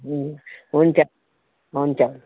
उम् हुन्छ हुन्छ